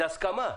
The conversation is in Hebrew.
זו הסכמה.